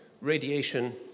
radiation